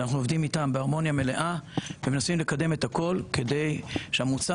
שאנחנו עובדים איתם בהרמוניה מלאה ומנסים לקדם את הכל כדי שהמוצר